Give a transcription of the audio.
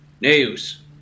News